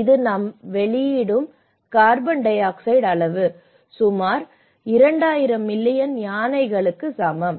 இது நாம் வெளியிடும் கார்பன் டை ஆக்சைடு அளவு சுமார் 2000 மில்லியன் யானைகள் ஆகும்